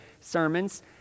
sermons